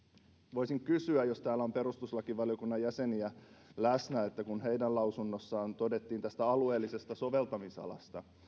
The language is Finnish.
voisin kysyä jos täällä on perustuslakivaliokunnan jäseniä läsnä että kun heidän lausunnossaan todettiin tästä alueellisesta soveltamisalasta